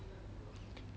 have you eaten